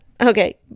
Okay